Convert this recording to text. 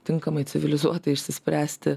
tinkamai civilizuotai išsispręsti